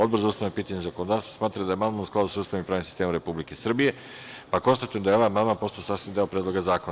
Odbor za ustavna pitanja i zakonodavstvo smatra da je amandman u skladu sa Ustavom i pravnim sistemom Republike Srbije, pa konstatujem da je ovaj amandman postao sastavni deo Predloga zakona.